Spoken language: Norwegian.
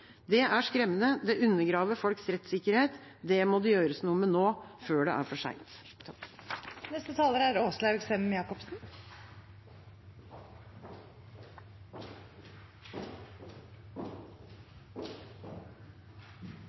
Det er skremmende, det undergraver folks rettssikkerhet. Det må det gjøres noe med nå, før det er for